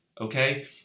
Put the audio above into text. Okay